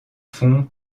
fond